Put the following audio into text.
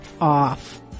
off